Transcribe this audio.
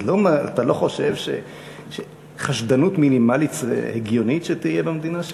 אז אתה לא חושב שחשדנות מינימלית הגיוני שתהיה במדינה שלנו?